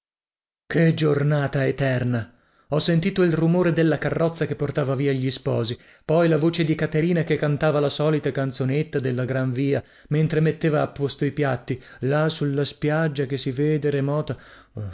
che giornata eterna ho sentito il rumore della carrozza che portava via gli sposi poi la voce di caterina che cantava la solita canzonetta della gran via mentre metteva a posto i piatti là sulla spiaggia che si vede remota